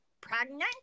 pregnant